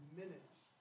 minutes